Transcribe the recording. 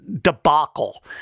debacle